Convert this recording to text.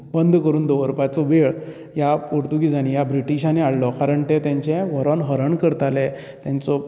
बंद करून दवरपाचो वेळ ह्या पोर्तूगीजांनी ह्या ब्रिटिशांनी हाडलो कारण ते तेंचे हरण करताले तेंचो